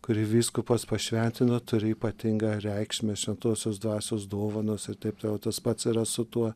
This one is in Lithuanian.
kurį vyskupas pašventina turi ypatingą reikšmę šventosios dvasios dovanos ir taip toliau tas pats yra su tuo